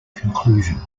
conclusions